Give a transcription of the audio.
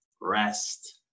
rest